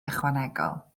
ychwanegol